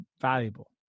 valuable